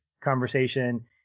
conversation